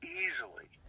easily